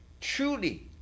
truly